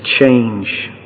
change